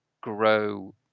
grow